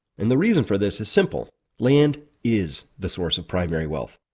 and the reason for this is simple land is the source of primary wealth.